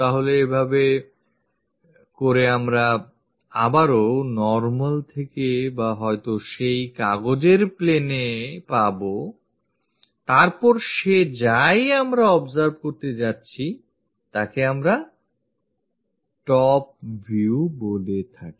তাহলে এভাবে করে আমরা আবারো normal থেকে বা হয়তো সেই কাগজের plane এ পাব তারপর সে যা ই আমরা observe করতে যাচ্ছি তাকে আমরা top view বলে থাকি